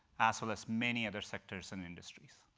as well as many other sectors and industries.